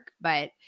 But-